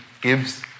gives